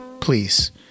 please